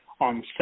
on